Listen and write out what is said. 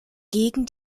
gegen